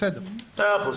תודה, אדוני